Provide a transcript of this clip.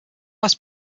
last